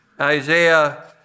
Isaiah